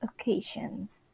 occasions